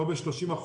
לא ב-30%,